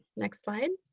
next slide.